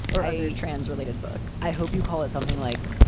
or a trans related books. i hope you call it something like.